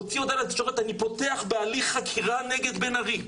הוציא הודעה לתקשורת 'אני פותח בהליך חקירה נגד בן ארי'.